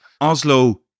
Oslo